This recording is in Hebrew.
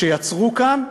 שיצרו כאן,